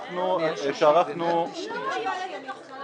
ההסכם מיום 20 בדצמבר 2015,